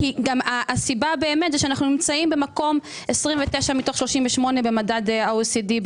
כי הסיבה שאנחנו נמצאים במקום 29 מתוך 38 במדד ה-OECD,